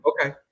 Okay